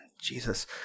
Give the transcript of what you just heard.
Jesus